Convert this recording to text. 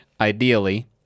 Ideally